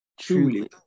truly